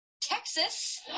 Texas